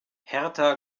hertha